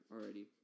already